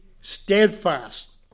steadfast